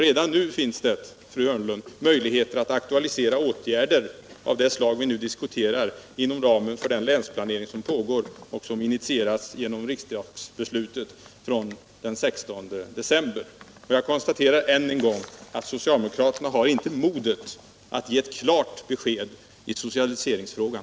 Redan nu finns det, fru Hörnlund, möjligheter att aktualisera åtgärder av det slag vi nu diskuterar inom ramen för den länsplanering som pågår och som initierats genom riksdagsbeslutet den 16 december. Jag konstaterar än en gång att socialdemokraterna inte har modet att ge ett klart besked i socialiseringsfrågan.